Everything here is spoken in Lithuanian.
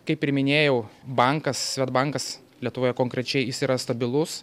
kaip ir minėjau bankas svedbankas lietuvoje konkrečiai jis yra stabilus